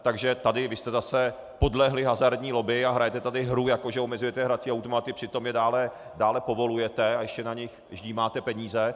Takže tady vy jste zase podlehli hazardní lobby a hrajete tady hru, jako že omezujete hrací automaty, přitom je dále povolujete a ještě na nich ždímáte peníze.